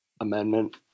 Amendment